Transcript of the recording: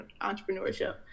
entrepreneurship